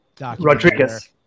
Rodriguez